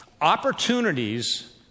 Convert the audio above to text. opportunities